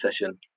session